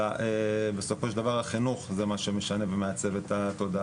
אלא בסופו של דבר החינוך זה מה שמשנה ומעצב את התודעה.